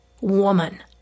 woman